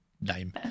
name